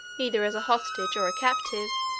either as a hostage or a captive,